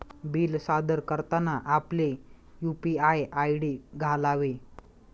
bill सादर करताना आपले यू.पी.आय आय.डी घालावे